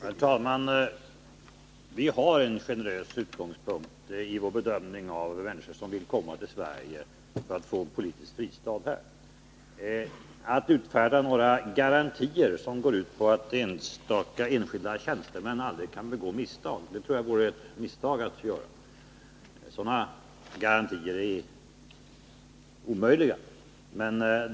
Herr talman! Vi har en generös utgångspunkt vid vår bedömning av människor som vill komma till Sverige för att få en politisk fristad här. Att utfärda några garantier, som går ut på att enstaka tjänstemän aldrig kan begå misstag, tror jag vore ett felgrepp. Sådana garantier är omöjliga.